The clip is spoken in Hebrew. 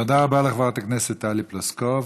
תודה רבה לחברת הכנסת טלי פלוסקוב.